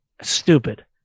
Stupid